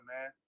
man